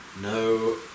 no